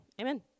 Amen